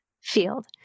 field